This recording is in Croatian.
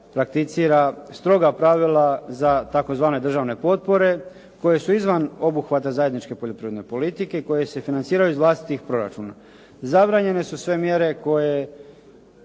prakticira stroga pravila za tzv. državne potpore koje su izvan obuhvata zajedničke poljoprivredne politike i koje se financiraju iz vlastitih proračuna. Zabranjene su sve mjere koje